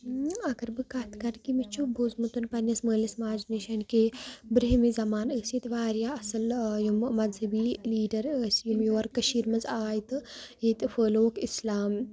اگر بہٕ کَتھ کَرٕ کہِ مےٚ چھُ بوٗزمُت پنٛںِس مٲلِس ماجہِ نِش کہِ بِرٛنٛہمہِ زمانہٕ ٲسۍ ییٚتہِ واریاہ اَصٕل یِمہٕ مَذۂبی لیٖڈَر ٲسۍ یِم یور کٔشیٖرِ منٛز آے تہٕ ییٚتہِ پھٔلٲوُکھ اِسلام